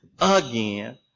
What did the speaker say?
again